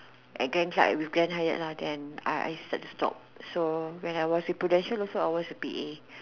at grand side with Grand-Hyatt lah then I search job so when I was in Prudential also I was a P_A